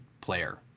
player